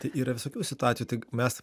tai yra visokių situacijų tik mes